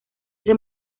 ese